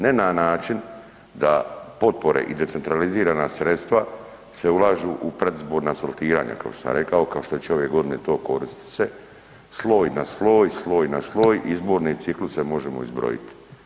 Ne na način da potpore i decentralizirana sredstva se ulažu u predizborna asfaltiranja kao što sam rekao, kao što će ove godine to koristiti se, sloj na sloj, sloj na sloj, izborni cikluse možemo izbrojit.